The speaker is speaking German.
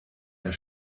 der